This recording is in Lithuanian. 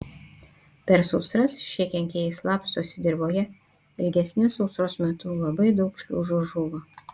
per sausras šie kenkėjai slapstosi dirvoje ilgesnės sausros metu labai daug šliužų žūva